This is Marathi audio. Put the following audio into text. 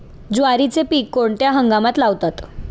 ज्वारीचे पीक कोणत्या हंगामात लावतात?